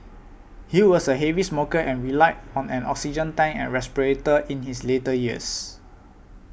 he was a heavy smoker and relied on an oxygen tank and respirator in his later years